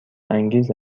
انگیز